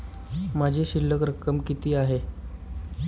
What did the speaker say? माझी शिल्लक रक्कम किती आहे?